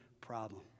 problem